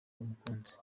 umukunzi